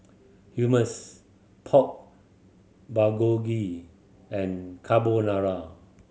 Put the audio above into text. Hummus Pork Bulgogi and Carbonara